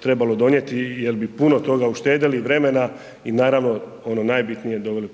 trebalo donijeti jer bi puno toga uštedjeli i vremena i naravno ono najbitnije doveli,